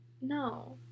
No